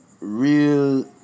real